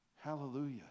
Hallelujah